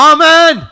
Amen